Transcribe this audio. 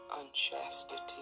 unchastity